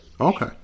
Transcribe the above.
Okay